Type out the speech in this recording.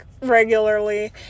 regularly